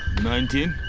nineteen